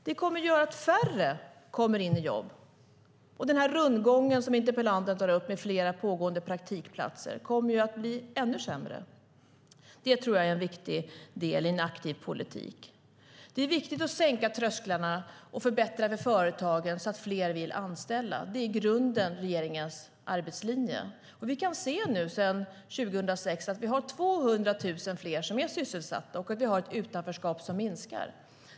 Det kommer att göra att färre kommer i jobb. Den rundgång som interpellanten tar upp, med flera pågående praktikplatser, kommer att bli ännu värre. Det tror jag är en viktig del att tänka på i en aktiv politik. Det är viktigt att sänka trösklarna och förbättra för företagen så att fler vill anställa. Det är grunden i regeringens arbetslinje. Vi kan se att vi sedan 2006 har 200 000 fler som är sysselsatta och att vi har ett utanförskap som minskar.